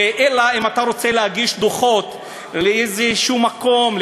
אלא אם כן אתה רוצה להגיש דוחות לאיזשהו מקום,